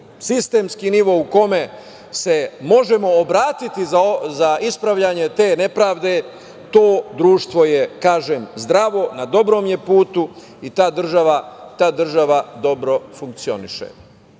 sistemski nivo u kome se možemo obratiti za ispravljanje te nepravde, to društvo je, kažem, zdravo, na dobrom je putu i ta država dobro funkcioniše. Dakle,